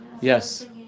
Yes